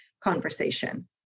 conversation